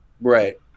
right